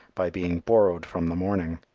by being borrowed from the morning.